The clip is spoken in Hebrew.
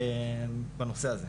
בנושא הזה,